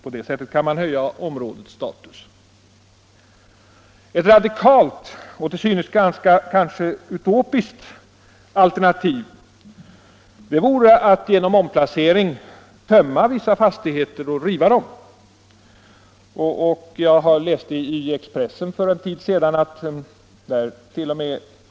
På det sättet kan man höja områdets status. Ett radikalt och till synes kanske utopiskt alternativ vore att genom omplacering av hyresgästerna tömma vissa fastigheter och riva dem. Jag läste i Expressen för en tid sedan attt.o.m.